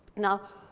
now,